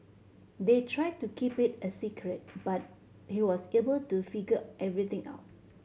they tried to keep it a secret but he was able to figure everything out